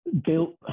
Built